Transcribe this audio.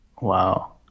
wow